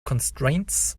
constraints